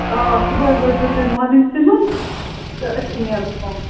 آ صُبحٲے وٲتۍزیٚو تُہۍ مارنِنٛگسٕے منٛز تہٕ أسۍ نیرو پتہٕ